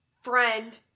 friend